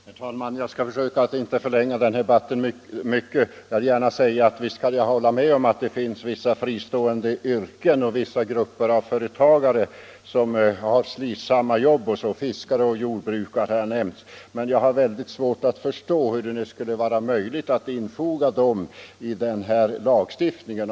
Herr talman! Jag skall försöka att inte förlänga den här debatten så mycket. Visst kan jag hålla med om att det finns vissa fristående yrken och vissa grupper av företagare som har slitsamma jobb; fiskare och jordbrukare har nämnts. Men jag har väldigt svårt att förstå hur det skulle vara möjligt att infoga dem i den här lagstiftningen.